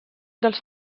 dels